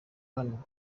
hano